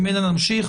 ממנה נמשיך.